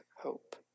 hope